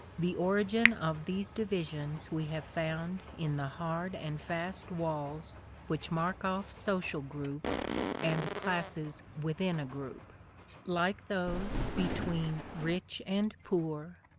the origin of these divisions we have found in the hard and fast walls which mark off social groups and classes within a group like those between rich and poor,